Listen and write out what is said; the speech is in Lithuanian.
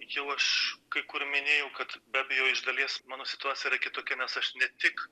čia jau aš kai kur minėjau kad be abejo iš dalies mano situacija yra kitokia nes aš ne tik